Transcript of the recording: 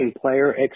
player